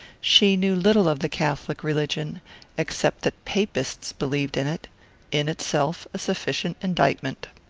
she knew little of the catholic religion except that papists believed in it in itself a sufficient indictment.